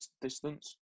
distance